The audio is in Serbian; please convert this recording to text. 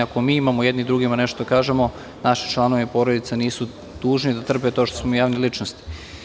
Ako mi imamo jedni drugima nešto da kažemo, naši članovi porodica nisu dužni da trpe to što smo mi javne ličnosti.